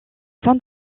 fin